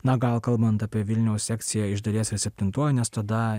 na gal kalbant apie vilniaus sekciją iš dalies ir septintuoju nes tada